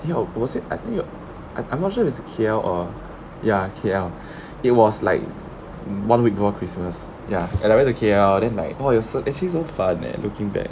eh no was it I think no~ I'm I'm not sure is it K_L or ya K_L it was like one week before christmas ya and I went to K_L then like !wah! it was so actually so fun leh looking back